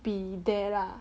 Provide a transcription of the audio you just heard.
be there lah